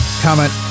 comment